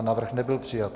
Návrh nebyl přijat.